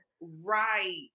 right